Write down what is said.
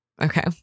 Okay